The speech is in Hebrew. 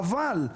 חבל.